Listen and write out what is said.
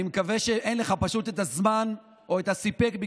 אני מקווה שפשוט אין לך את הזמן או את הסיפק,